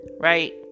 right